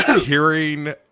hearing